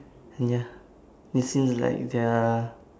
ah ya this is like their